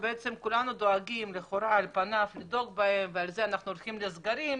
שכולנו לכאורה דואגים להם ולכן אנחנו ההולכים לסגרים,